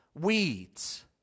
weeds